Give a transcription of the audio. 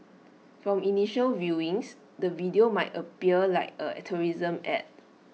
from initial viewings the video might appear like A tourism Ad